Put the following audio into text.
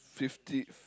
fifty